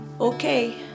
Okay